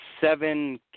seven